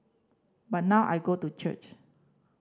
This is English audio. but now I go to church